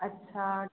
अच्छा